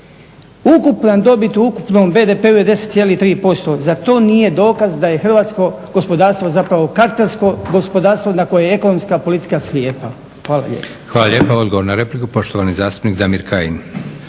Ukupna dobit u ukupnom BDP-u je 10,3%. Zar to nije dokaz da je hrvatsko gospodarstvo zapravo kartelsko gospodarstvo na koje ekonomska politika slijepa. Hvala lijepa.